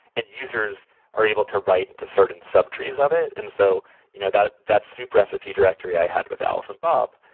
and users are able to write into certain sub trees of it, and so you know that that suppress a few directory i had with alice and bob,